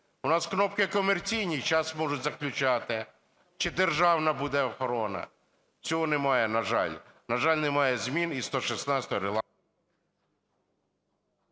У нас кнопки комерційні і зараз можуть заключати, чи державна буде охорона. Цього немає, на жаль. На жаль, немає змін і 116… ГОЛОВУЮЧИЙ.